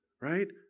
right